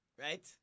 Right